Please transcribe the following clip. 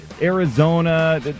Arizona